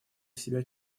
себя